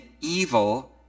evil